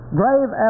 grave